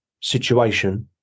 situation